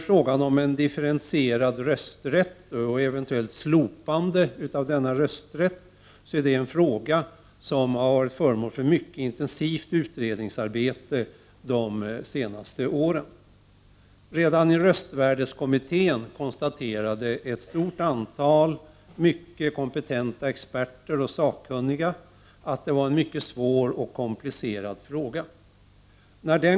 Frågan om differentierad rösträtt och om ett eventuellt slopande av denna har varit föremål för ett mycket intensivt utredningsarbete under de senaste åren. I röstvärdeskommittén konstaterade ett stort antal mycket kompetenta experter och sakkunniga att det här var en mycket svår och komplicerad fråga.